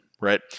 right